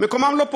מקומם לא פה.